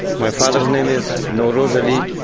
my father's name is nawroz ali.